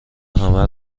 همه